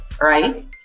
right